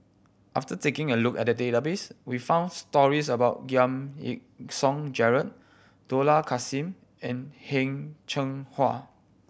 after taking a look at the database we found stories about Giam Yean Song Gerald Dollah Kassim and Heng Cheng Hwa